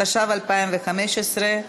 התשע"ו 2015,